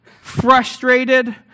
frustrated